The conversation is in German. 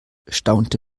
staunte